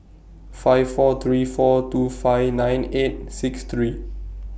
five four three four two five nine eight six three